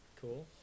Cool